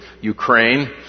Ukraine